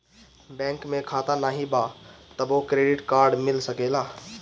Bank में खाता नाही बा तबो क्रेडिट कार्ड मिल सकेला?